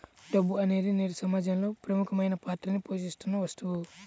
డబ్బు అనేది నేడు సమాజంలో ప్రముఖమైన పాత్రని పోషిత్తున్న వస్తువు